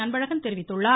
அன்பழகன் தெரிவித்துள்ளார்